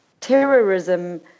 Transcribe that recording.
Terrorism